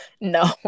No